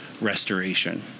restoration